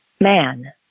Man